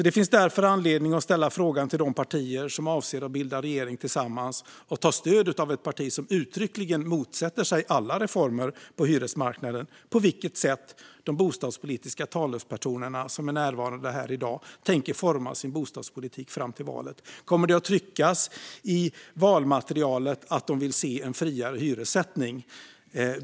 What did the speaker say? Det finns därför anledning att ställa frågan till de partier som avser att bilda regering tillsammans och ta stöd av ett parti som uttryckligen motsätter sig alla reformer av hyresmarknaden, på vilket sätt de bostadspolitiska talespersonerna tänker forma sin bostadspolitik fram till valet. Kommer det att tryckas i valmaterialet att de vill se en friare hyressättning?